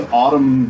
autumn